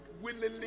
willingly